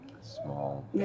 small